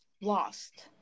lost